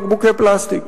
בבקבוקי פלסטיק.